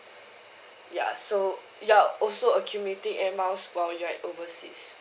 ya so you are also accumulating air miles while you're overseas